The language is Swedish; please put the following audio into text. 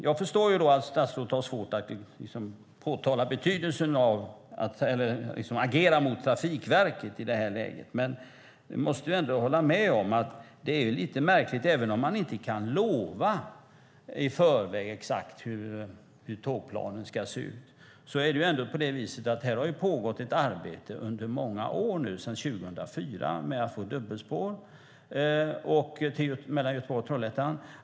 Jag förstår att statsrådet har svårt att agera mot Trafikverket i det här läget. Men även om man inte kan lova precis hur tågplanen ska se ut har det ändå sedan 2004 pågått ett arbete med dubbelspår mellan Göteborg och Trollhättan.